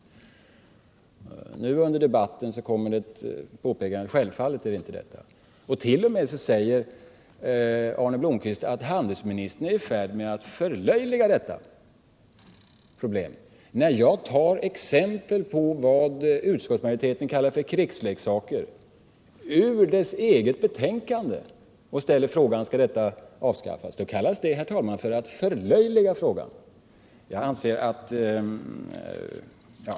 Men nu under debatten kommer påpekandet att det självfallet inte gäller t.ex. denna bit. När jag ur utskottets eget betänkande tar exempel på vad utskottsmajoriteten kallar för krigsleksaker och frågar om de skall avskaffas, säger Arne Blomkvist t.o.m. att handelsministern är i färd med att förlöjliga detta problem.